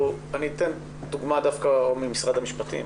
אני אתן דגמה ממשרד המשפטים.